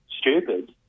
stupid